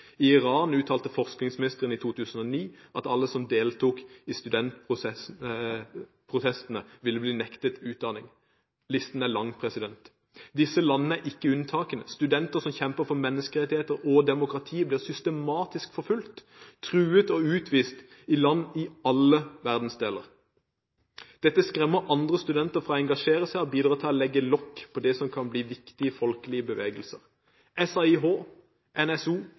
I Iran uttalte forskningsministeren i 2009 at alle som deltok i studentprotestene, ville bli nektet utdanning. Listen er lang. Disse landene er ikke unntakene – studenter som kjemper for menneskerettigheter og demokrati blir systematisk forfulgt, truet og utvist i land i alle verdensdeler. Dette skremmer andre studenter fra å engasjere seg og bidrar til å legge lokk på det som kan bli viktige folkelige bevegelser.